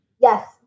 Yes